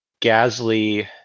Gasly